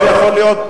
לא יכול להיות.